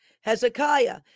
Hezekiah